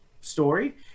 story